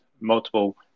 multiple